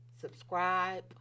subscribe